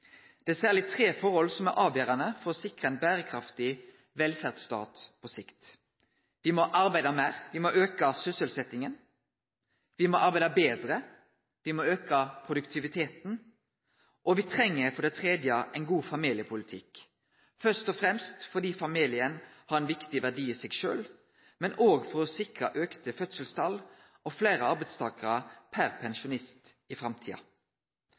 Det er særleg tre forhold som er avgjerande for å sikre ein berekraftig velferdsstat på sikt: Me må arbeide meir, me må auke sysselsettinga, og me må arbeide betre, me må auke produktiviteten, og for det tredje treng me ein god familiepolitikk – først og fremst fordi familien har ein viktig verdi i seg sjølv, men òg for å sikre auka fødselstal og fleire arbeidstakarar per pensjonist i framtida.